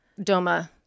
Doma